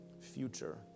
future